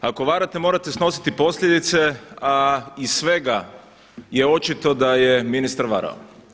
Ako varate morate snositi posljedice, a iz svega je očito da je ministar varao.